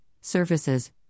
services